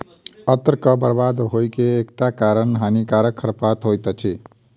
अन्नक बर्बाद होइ के एकटा कारण हानिकारक खरपात होइत अछि